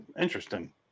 Interesting